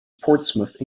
portsmouth